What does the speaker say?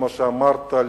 כמו שאמרת,